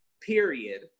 period